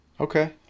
Okay